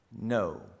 No